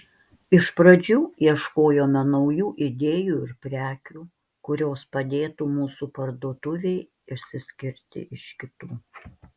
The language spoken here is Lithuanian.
iš pradžių ieškojome naujų idėjų ir prekių kurios padėtų mūsų parduotuvei išsiskirti iš kitų